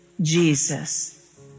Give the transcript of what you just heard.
Jesus